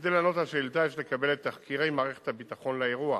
כדי לענות על השאילתא יש לקבל את תחקירי מערכת הביטחון לאירוע.